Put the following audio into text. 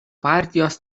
partijos